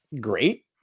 great